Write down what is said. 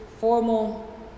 formal